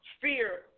fear